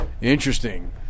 Interesting